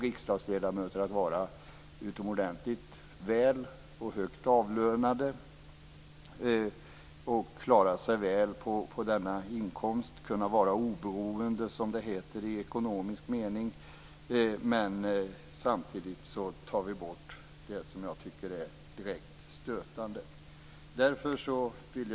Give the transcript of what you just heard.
Riksdagsledamöter kommer att vara utomordentligt väl och högt avlönade och kommer att klara sig väl på denna inkomst. De kommer att kunna vara oberoende, som det heter, i ekonomisk mening, men samtidigt tar vi bort det som jag tycker är direkt stötande. Fru talman!